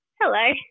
Hello